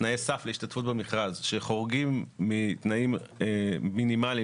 להשתתפות במכרז שחורגים מתנאים מינימליים